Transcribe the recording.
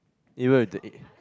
either with the e~